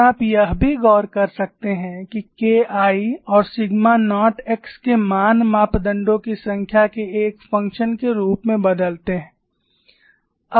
और आप यह भी गौर कर सकते हैं कि KI और सिग्मा नॉट x के मान मापदंडों की संख्या के एक फंक्शन के रूप में बदलते हैं